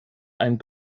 einen